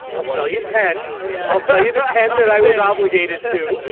i'll sell you ten. yeah i'll sell you the ten that i was obligated to.